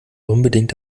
unbedingt